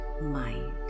mind